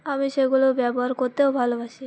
আমি সেগুলো ব্যবহার করতেও ভালোবাসি